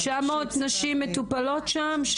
900 נשים מטופלות שם.